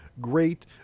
great